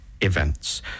events